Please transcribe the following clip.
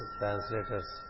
translators